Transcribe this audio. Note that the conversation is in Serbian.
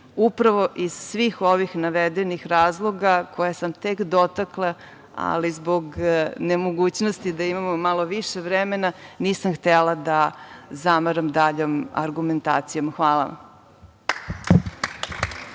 upravo iz svih ovih navedenih razloga koje sam tek dotakla, ali zbog nemogućnosti da imamo malo više vremena nisam htela da zamaram daljom argumentacijom. Hvala